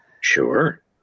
Sure